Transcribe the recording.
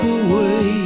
away